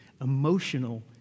emotional